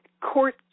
court